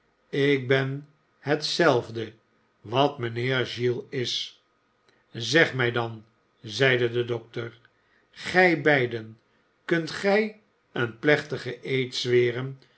ik ben hetzelfde wat mijnheer giles is zegt mij dan zeide de dokter gij beiden kunt gij een pïechtigen eed zweren